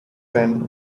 friend